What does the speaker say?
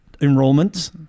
enrollment